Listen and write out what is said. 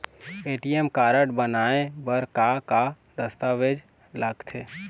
ATM card बनवाए बर का का दस्तावेज लगथे?